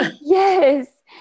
Yes